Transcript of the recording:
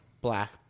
black